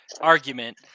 Argument